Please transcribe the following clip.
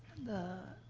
the